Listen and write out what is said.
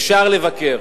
אפשר לבקר,